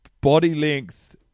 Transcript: body-length